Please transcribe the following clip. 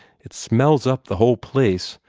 it smells up the whole place.